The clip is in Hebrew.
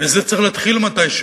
וזה צריך להתחיל מתי שהוא,